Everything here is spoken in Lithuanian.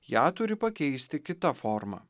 ją turi pakeisti kita forma